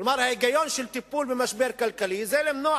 ההיגיון של טיפול במשבר כלכלי הוא למנוע